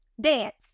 dance